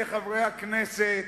לחברי הכנסת